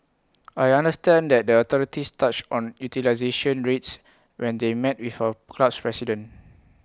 I understand that the authorities touched on utilisation rates when they met with our club's president